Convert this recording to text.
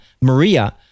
Maria